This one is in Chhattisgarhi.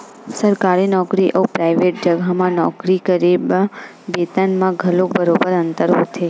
सरकारी नउकरी अउ पराइवेट जघा म नौकरी करे म बेतन म घलो बरोबर अंतर होथे